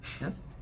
Yes